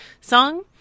song